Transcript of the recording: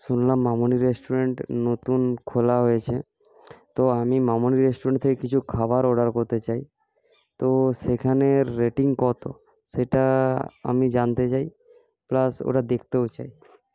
শুনলাম মামনি রেষ্টুরেন্ট নতুন খোলা হয়েছে তো আমি মামুনি রেষ্টুরেন্ট থেকে কিছু খাবার অর্ডার করতে চাই তো সেখানের রেটিং কতো সেটা আমি জানতে চাই প্লাস ওটা দেখতেও চাই